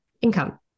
income